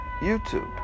YouTube